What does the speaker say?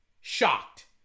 shocked